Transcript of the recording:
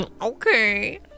Okay